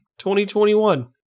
2021